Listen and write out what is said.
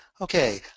okay,